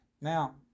Now